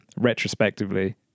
retrospectively